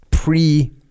Pre